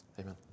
Amen